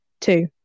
two